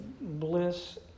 bliss